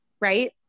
right